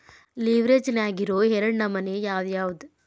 ಲಿವ್ರೆಜ್ ನ್ಯಾಗಿರೊ ಎರಡ್ ನಮನಿ ಯಾವ್ಯಾವ್ದ್?